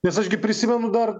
nes aš gi prisimenu dar